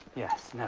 yes, never.